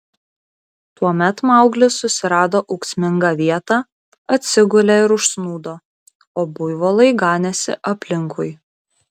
tuomet mauglis susirado ūksmingą vietą atsigulė ir užsnūdo o buivolai ganėsi aplinkui